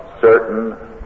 certain